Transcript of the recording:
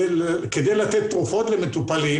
כדי לתת תרופות למטופלים,